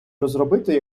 розробити